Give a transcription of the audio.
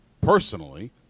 personally